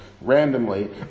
randomly